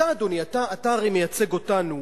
אדוני, הרי אתה מייצג אותנו